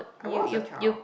I was a child